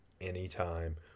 anytime